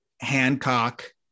Hancock